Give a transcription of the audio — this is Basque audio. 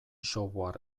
software